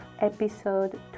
episode